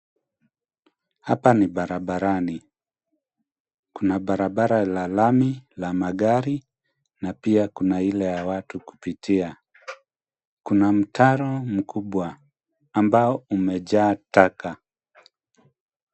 Hapa ni barabarani. Kuna barabara la lami la magari, na pia kuna ile ya watu kupitia. Kuna mtaro mkubwa. Ambao umejaa taka.